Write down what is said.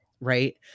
right